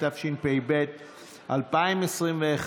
התשפ"ב 2021,